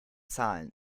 zahlen